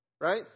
right